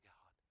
God